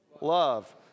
Love